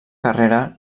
carrera